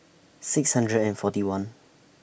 six hundred and forty one